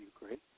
Ukraine